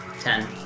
Ten